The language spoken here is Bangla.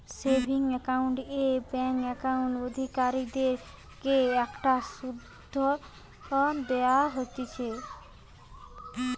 সেভিংস একাউন্ট এ ব্যাঙ্ক একাউন্ট অধিকারীদের কে একটা শুধ দেওয়া হতিছে